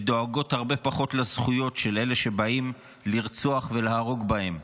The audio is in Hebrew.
ודואגות הרבה פחות לזכויות של אלה שבאים לרצוח ולהרוג בהן.